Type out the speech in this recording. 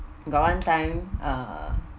got one time uh